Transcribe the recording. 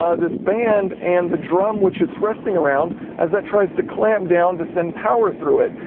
ah this band. and the drum which it's resting around, as that tries to clamp down to send power through it.